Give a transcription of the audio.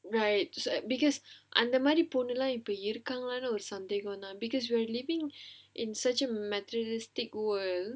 right because அந்த மாதிரி பொண்ணுலாம் இப்ப இருக்காங்களான்னு ஒரு சந்தேகம் தான்:antha maathiri ponnulaam ippa irukkankalaanu oru sandhegam thaan because we're living in such a materialistic world